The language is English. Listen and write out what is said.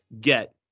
get